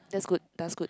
that's good does good